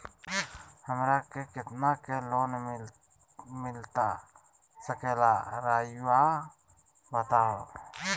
हमरा के कितना के लोन मिलता सके ला रायुआ बताहो?